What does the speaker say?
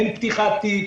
אין פתיחת תיק.